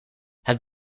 het